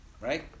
Right